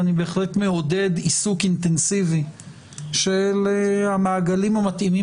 ואני בהחלט מעודד עיסוק אינטנסיבי של המעגלים המתאימים